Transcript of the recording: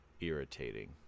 irritating